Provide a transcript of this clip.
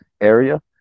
area